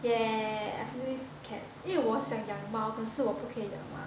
yeah I can live with cats 因为我想要养猫可是我不可以养 mah